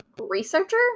researcher